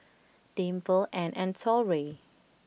Dimple Ann and Torey